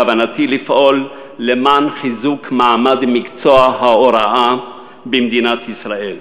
בכוונתי לפעול לחיזוק מעמד מקצוע ההוראה במדינת ישראל.